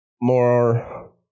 more